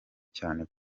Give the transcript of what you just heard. cyane